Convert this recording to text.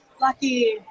Lucky